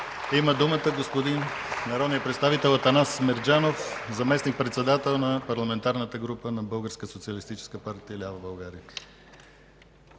Има думата народният представител Атанас Мерджанов – заместник-председател на Парламентарната група на Българска